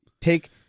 take